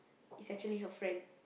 it's actually her friend